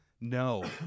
No